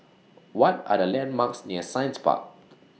What Are The landmarks near Science Park